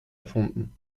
erfunden